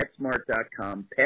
PetSmart.com